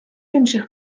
інших